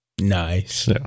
Nice